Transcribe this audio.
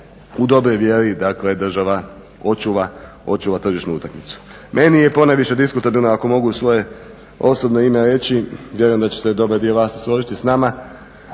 u dobroj vjeri dakle država očuva tržišnu utakmicu. Meni je ponajviše diskutabilna ako mogu svoje osobno ime reći, vjerujem da će dobar dio vas i složiti s nama,